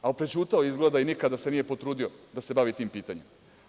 Ali, prećutao je izgleda i nikada se nije potrudio da se bavi tim pitanjem.